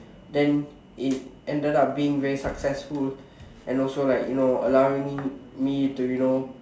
then it ended up being very successful and also like allowing me me to you know